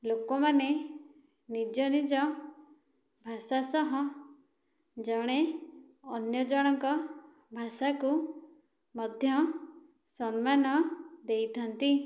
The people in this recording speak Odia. ଲୋକମାନେ ନିଜ ନିଜ ଭାଷା ସହ ଜଣେ ଅନ୍ୟଜଣଙ୍କ ଭାଷାକୁ ମଧ୍ୟ ସମ୍ମାନ ଦେଇଥାନ୍ତି